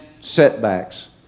setbacks